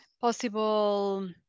possible